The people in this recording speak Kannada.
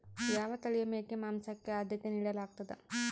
ಯಾವ ತಳಿಯ ಮೇಕೆ ಮಾಂಸಕ್ಕೆ, ಆದ್ಯತೆ ನೇಡಲಾಗ್ತದ?